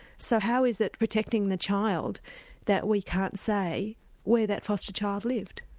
so how is it protecting the child that we can't say where that foster-child lived?